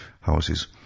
houses